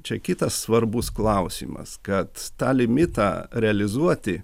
čia kitas svarbus klausimas kad tą limitą realizuoti